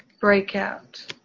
breakout